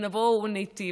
ונבוא וניטיב.